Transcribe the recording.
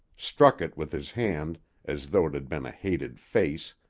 struck it with his hand as though it had been a hated face,